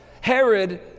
Herod